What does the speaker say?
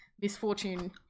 Misfortune